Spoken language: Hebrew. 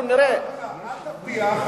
אנחנו נראה, אל תבטיח.